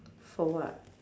for what